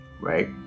right